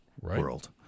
world